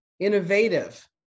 innovative